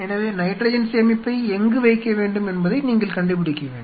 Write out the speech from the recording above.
எனவே நைட்ரஜன் சேமிப்பை எங்கு வைக்க வேண்டும் என்பதை நீங்கள் கண்டுபிடிக்க வேண்டும்